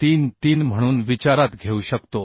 133 म्हणून विचारात घेऊ शकतो